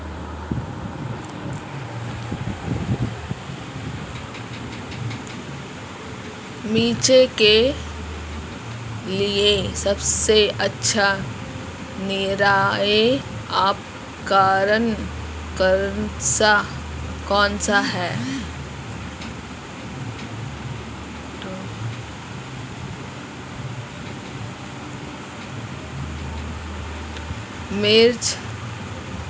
मिर्च के लिए सबसे अच्छा निराई उपकरण कौनसा है?